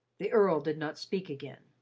the earl did not speak again.